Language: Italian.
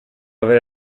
avere